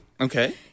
Okay